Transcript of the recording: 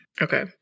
okay